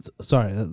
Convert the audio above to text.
Sorry